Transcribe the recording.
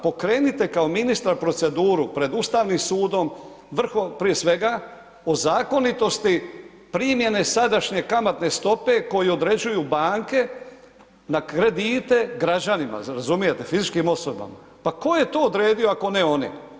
Pokrenite kao ministar proceduru pred Ustavnim sudom, prije svega o zakonitosti primjene sadašnje kamatne stopu koju određuju banke na kredite građanima, razumijete, fizičkim osobama, pa tko je to odredio ako ne oni.